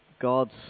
God's